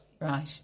Right